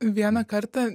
vieną kartą